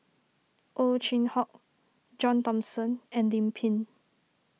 Ow Chin Hock John Thomson and Lim Pin